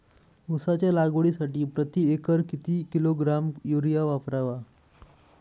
उसाच्या लागवडीसाठी प्रति एकर किती किलोग्रॅम युरिया वापरावा?